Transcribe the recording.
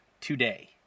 today